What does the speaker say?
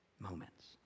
moments